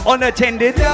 Unattended